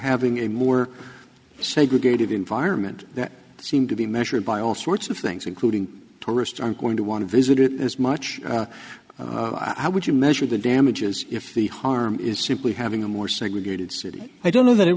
having a more segregated environment they seem to be measured by all sorts of things including tourists aren't going to want to visit it as much how would you measure the damages if the harm is simply having a more segregated city i don't know that it